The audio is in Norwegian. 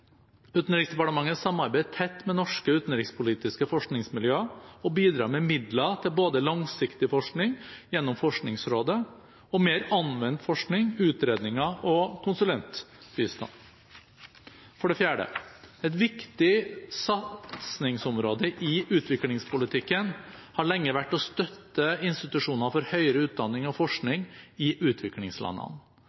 Utenriksdepartementet samarbeider tett med norske utenrikspolitiske forskningsmiljøer og bidrar med midler til både langsiktig forskning gjennom Forskningsrådet og mer anvendt forskning, utredninger og konsulentbistand. For det fjerde: Et viktig satsingsområde i utviklingspolitikken har lenge vært å støtte institusjoner for høyere utdanning og